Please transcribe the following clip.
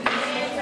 חשבתי שהוא ויתר.